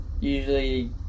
usually